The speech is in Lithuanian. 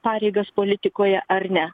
pareigas politikoje ar ne